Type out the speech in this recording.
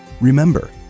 Remember